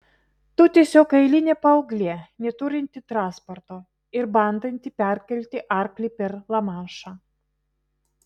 tu tiesiog eilinė paauglė neturinti transporto ir bandanti perkelti arklį per lamanšą